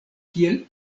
kiel